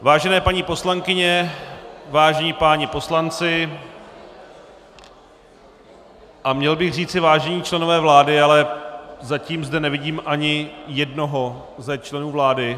Vážené paní poslankyně, vážení páni poslanci a měl bych říci vážení členové vlády, ale zatím zde nevidím ani jednoho z členů vlády.